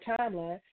timeline